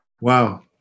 Wow